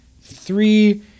three